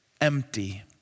empty